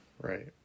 Right